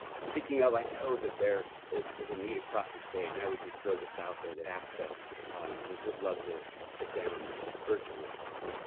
speaking of, i know that there is is a need across the state and i would just throw this out there that acsa would love to sit down virtually, of course,